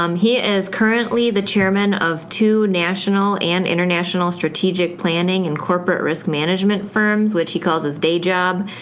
um he is currently the chairman of two national and international strategic planning and corporate risk management firms, which he calls his day job.